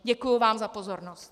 Děkuji vám za pozornost.